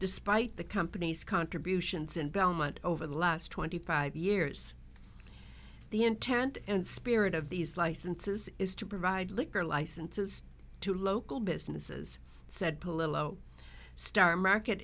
despite the company's contributions in belmont over the last twenty five years the intent and spirit of these licenses is to provide liquor licenses to local businesses said polo star market